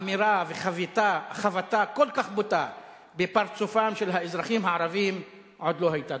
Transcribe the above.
אמירה וחבטה כל כך בוטה בפרצופם של האזרחים הערבים עוד לא היתה.